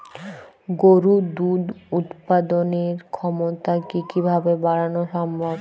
গরুর দুধ উৎপাদনের ক্ষমতা কি কি ভাবে বাড়ানো সম্ভব?